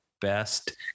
best